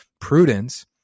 Prudence